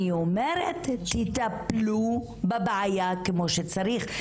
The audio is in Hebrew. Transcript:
אני אומרת תטפלו בבעיה כמו שצריך,